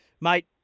Mate